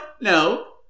no